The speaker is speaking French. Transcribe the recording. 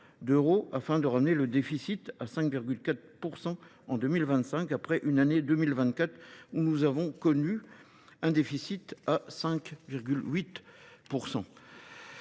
afin de ramener le déficit à 5,4% en 2025 après une année 2024 où nous avons connu un déficit à 5,8%.